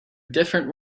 different